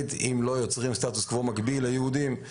אם לא יוצרים סטטוס קוו מקביל ליהודים.